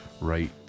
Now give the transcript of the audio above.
Right